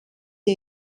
der